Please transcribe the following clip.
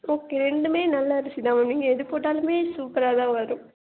okay ரெண்டுமே நல்ல அரிசிதான் மேம் நீங்கள் எது போட்டாலுமே சூப்பராகதான் வரும்